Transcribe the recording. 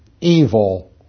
Evil